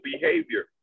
behavior